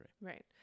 right